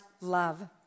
love